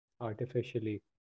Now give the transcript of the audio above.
artificially